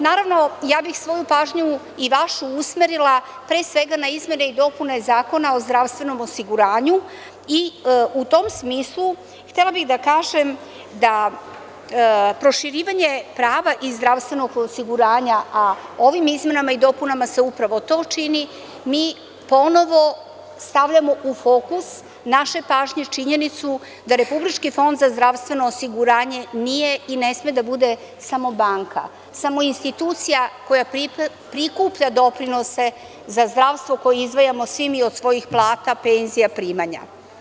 Naravno, ja bih svoju pažnju i vašu usmerila pre svega na izmene i dopune Zakona o zdravstvenom osiguranju i u tom smislu htela bih da kažem da proširivanje prava iz zdravstvenog osiguranja, a ovim izmenama i dopunama se upravo to čini, mi ponovo stavljamo u fokus naše pažnje činjenicu da Republički fond za zdravstveno osiguranje nije i ne sme da bude samo banka, samo institucija koja prikuplja doprinose za zdravstvo koje izdvajamo svi mi od svojih plata, penzija, primanja.